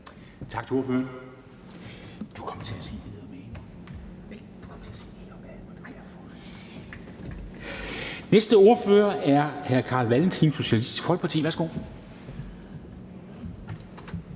Tak til ordføreren. Næste ordfører er hr. Carl Valentin, Socialistisk Folkeparti. Værsgo.